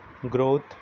growth